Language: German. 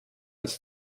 als